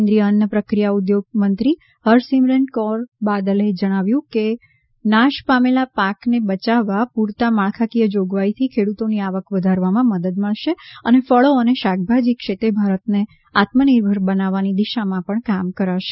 કેન્દ્રીય અન્ન પ્રક્રિયા ઉદ્યોગ મંત્રી હરસિમરત કૌર બાદલે જણાવ્યું કે નાશ પામેલા પાકને બચાવવા પૂરતા માળખાકીય જોગવાઈથી ખેડૂતોની આવક વધારવામાં મદદ મળશે અને ફળો અને શાકભાજી ક્ષેત્રે ભારતને આત્મનિર્ભર બનાવવાની દિશામાં પણ કામ કરશે